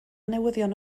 newyddion